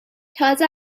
تازه